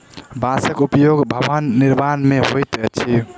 बांसक उपयोग भवन निर्माण मे होइत अछि